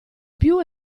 più